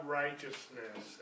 righteousness